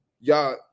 y'all